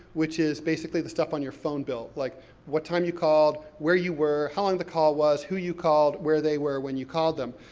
which is, basically, the stuff on your phone bill, like what time you called, were you were, how long the call was, who you called, where they were when you called them.